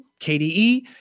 KDE